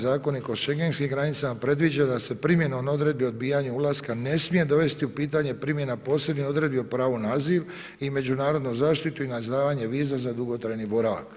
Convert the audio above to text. Zakona o schengenskim granicama predviđa da se primjenom odredbi odbijanju ulaska ne smije dovesti u pitanje primjena posebnih odredbi … naziv i međunarodnu zaštitu i na izdavanje viza za dugotrajni boravak.